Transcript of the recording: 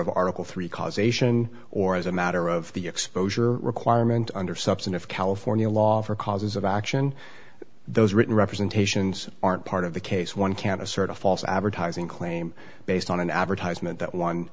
of article three causation or as a matter of the exposure requirement under substantive california law for causes of action those written representations aren't part of the case one can assert a false advertising claim based on an advertisement that one